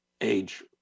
age